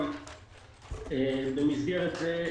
במסגרת זה,